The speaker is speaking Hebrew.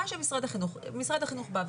משרד החינוך בא,